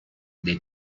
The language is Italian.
dei